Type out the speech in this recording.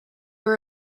were